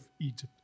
Egypt